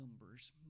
numbers